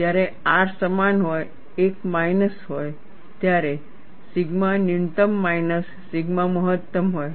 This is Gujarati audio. જ્યારે R સમાન હોય 1 માઇનસ હોય ત્યારે સિગ્મા ન્યૂનતમ માઇનસ સિગ્મા મહત્તમ હોય